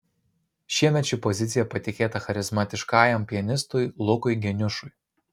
šiemet ši pozicija patikėta charizmatiškajam pianistui lukui geniušui